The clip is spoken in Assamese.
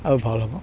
আৰু ভাল হ'ব